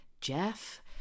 Jeff